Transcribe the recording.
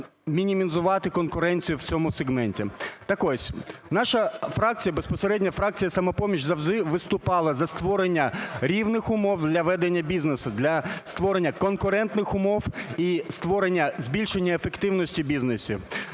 мінімізувати конкуренцію в цьому сегменті. Так ось наша фракція, безпосередньо фракція "Самопоміч" завжди виступала за створення рівних умови для ведення бізнесу, для створення конкурентних умов і створення… збільшення ефективності бізнесів.